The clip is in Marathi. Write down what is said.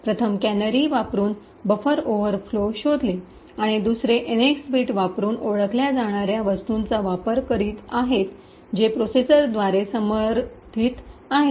प्रथम कॅनरी वापरून बफर ओव्हरफ्लो शोधले दुसरे एनएक्स बिट म्हणून ओळखल्या जाणार्या वस्तूचा वापर करीत आहेत जे प्रोसेसरद्वारे समर्थित आहेत